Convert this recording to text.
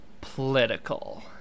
political